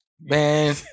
Man